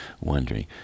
wondering